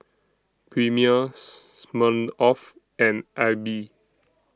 Premier Smirnoff and AIBI